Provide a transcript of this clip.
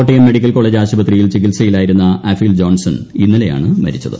Kottayam medical college ആശുപത്രിയിൽ ചിക്ടിൽയിലായിരുന്ന Afeel Johnson ഇന്നലെയാണ് മരിച്ചത്